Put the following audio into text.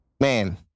man